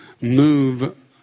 move